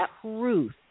truth